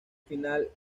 final